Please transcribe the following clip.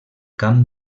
camp